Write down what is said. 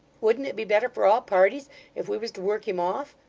wouldn't it be better for all parties if we was work him off?